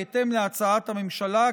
בהתאם להצעת הממשלה,